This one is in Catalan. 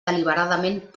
deliberadament